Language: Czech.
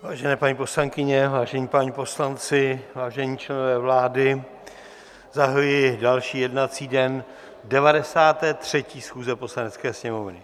Vážené paní poslankyně, vážení páni poslanci, vážení členové vlády, zahajuji další jednací den 93. schůze Poslanecké sněmovny.